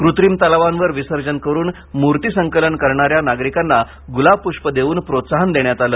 कृत्रिम तलांवावर विसर्जन करुन मुर्ती संकलन करणाऱ्या नागरिकांना गुलाब पुष्प देवून प्रोत्साहन देण्यात आलं